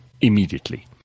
immediately